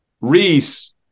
Reese